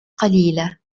قليلة